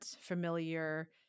familiar